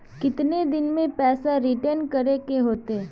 कितने दिन में पैसा रिटर्न करे के होते?